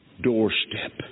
doorstep